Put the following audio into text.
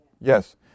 Yes